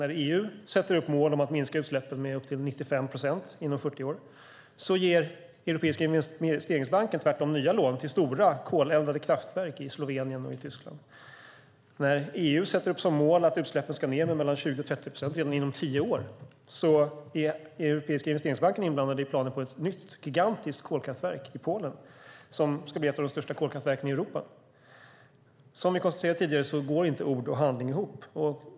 När EU sätter upp mål om att minska utsläppen med upp till 95 procent inom 40 år ger Europeiska investeringsbanken tvärtom nya lån till stora koleldade kraftverk i Slovenien och Tyskland. När EU sätter upp som mål att utsläppen ska ned med mellan 20 och 30 procent redan inom tio år är Europeiska investeringsbanken inblandad i planer på ett nytt, gigantiskt kolkraftverk i Polen som ska bli ett av de största kolkraftverken i Europa. Som vi konstaterade tidigare går inte ord och handling ihop.